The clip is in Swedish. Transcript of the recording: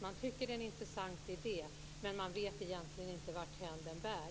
Det är en intressant idé, men man vet egentligen inte varthän den bär.